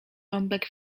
rąbek